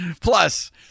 Plus